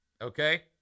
Okay